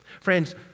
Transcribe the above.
Friends